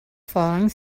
falling